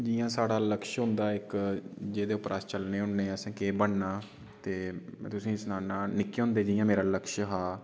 जि'यां साढ़ा लक्ष्य होंदा इक जेह्दे उप्पर अस चलने होन्ने असें केह् बनना ते तुसेंगी सनान्ना निक्के होंदे जि'यां मेरा लक्ष्य हा